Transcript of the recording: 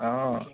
অ